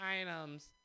items